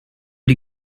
die